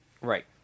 Right